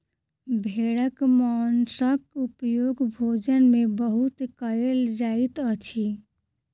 भेड़क मौंसक उपयोग भोजन में बहुत कयल जाइत अछि